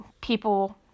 people